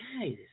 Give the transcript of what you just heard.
guys